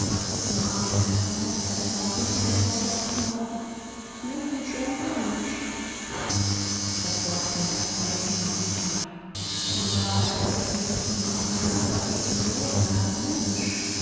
umarmte caspar noch fester und rief mit emporgewandten augen mensch o mensch das wort ging caspar durch mark und bein ihm war als eröffne sich ihm auf einmal was dies zu bedeuten habe mensch